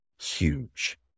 huge